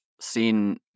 seen